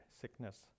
sickness